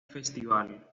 festival